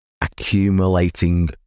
accumulating